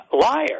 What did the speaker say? liar